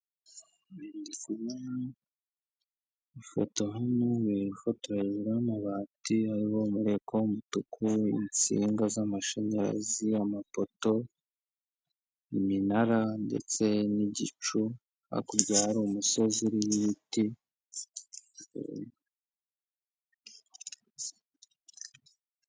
Ifoto hano ifotoranyije hejuru y'amabati hariho umuriko w'umutuku insinga z'amashanyarazi, amapoto, iminara ndetse n'igicu hakurya hari umusozi urimo ibiti.